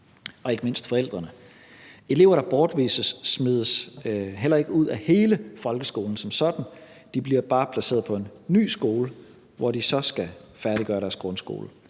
og ikke mindst forældrene. Elever, der bortvises, smides heller ikke ud af hele folkeskolen som sådan, de bliver bare placeret på en ny skole, hvor de så skal færdiggøre deres grundskole.